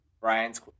Brian's